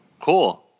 Cool